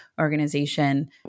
organization